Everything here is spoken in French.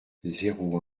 zéro